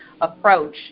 approach